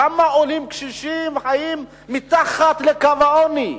כמה עולים קשישים חיים מתחת לקו העוני?